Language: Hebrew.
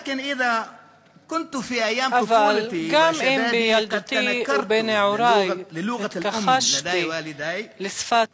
אבל גם אם בילדותי ובנעורי התכחשתי לשפת